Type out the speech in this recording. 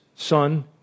Son